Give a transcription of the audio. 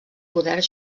poder